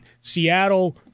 Seattle